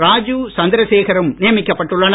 ராஜுவ் சந்திரசேகரும் நியமிக்கப்பட்டுள்ளனர்